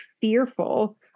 fearful